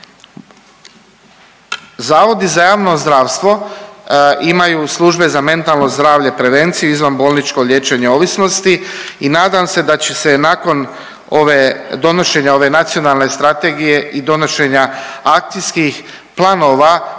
Zavodi za javno zdravstvo imaju Službe za mentalno zdravlje i prevenciju izvanbolničko liječenje ovisnosti i nadam se da će se nakon ove donošenja ove nacionalne strategije i donošenja akcijskih planova